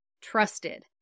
trusted